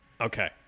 Okay